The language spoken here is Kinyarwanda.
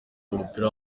umupira